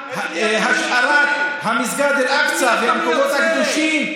על השארת מסגד אל-אקצא והמקומות הקדושים.